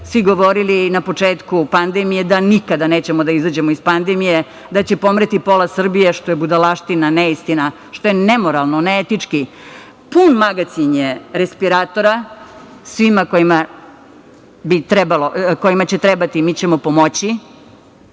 svi govorili na početku pandemije, da nikada nećemo da izađemo iz pandemije, da će pomreti pola Srbije, što je budalaština, neistina, što je nemoralno, neetički. Pun magacin je respiratora, svima kojima će trebati mi ćemo pomoći.